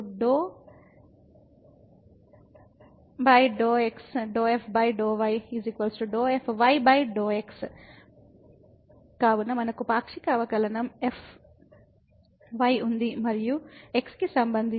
∂2f∂ x ∂ y ∂∂ x∂f∂y ∂fy∂ x కాబట్టి మనకు పాక్షిక అవకలన fy ఉంది మరియు x కి సంబంధించి